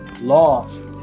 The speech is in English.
lost